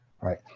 right